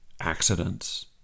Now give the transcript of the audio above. accidents